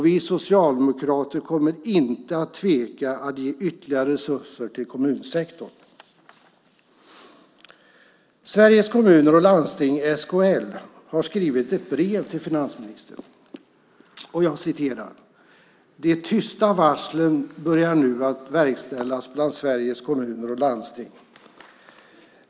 Vi socialdemokrater kommer inte att tveka att ge ytterligare resurser till kommunsektorn. Sveriges Kommuner och Landsting, SKL, har skrivit ett brev till finansministern. De skriver: De tysta varslen börjar nu verkställas bland Sveriges kommuner och lansting.